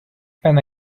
pen